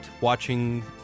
watching